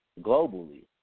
globally